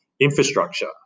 infrastructure